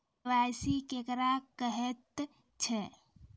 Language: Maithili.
के.वाई.सी केकरा कहैत छै?